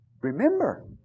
Remember